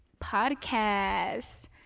podcast